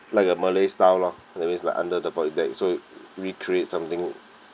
like a malay style lah that means like under the void deck so recreate something